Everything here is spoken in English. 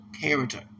character